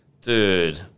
dude